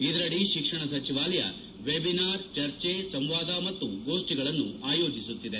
ಇದರದಿ ಶಿಕ್ಷಣ ಸಚಿವಾಲಯ ವೆಬಿನಾರ್ ಚರ್ಚೆ ಸಂವಾದ ಮತ್ತು ಗೋಷ್ಠಿಗಳನ್ನು ಆಯೋಜಿಸುತ್ತಿದೆ